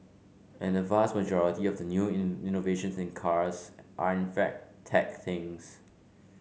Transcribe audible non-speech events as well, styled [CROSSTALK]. and the vast majority of the new [UNINTELLIGIBLE] innovations in cars are in fact tech things